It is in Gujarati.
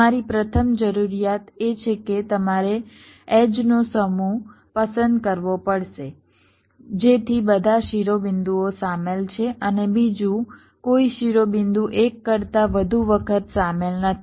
તમારી પ્રથમ જરૂરિયાત એ છે કે તમારે એડ્જનો સમૂહ પસંદ કરવો પડશે જેથી બધા શિરોબિંદુઓ શામેલ છે અને બીજું કોઈ શિરોબિંદુ એક કરતા વધુ વખત શામેલ નથી